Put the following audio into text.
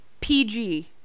PG